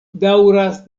daŭras